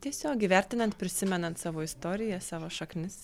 tiesiog įvertinant prisimenant savo istoriją savo šaknis